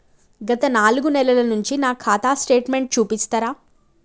గత నాలుగు నెలల నుంచి నా ఖాతా స్టేట్మెంట్ చూపిస్తరా?